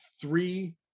three